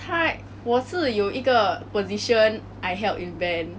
他我是有一个 position I held in band